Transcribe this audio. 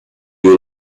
you